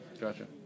Gotcha